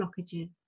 blockages